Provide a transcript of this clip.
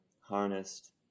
harnessed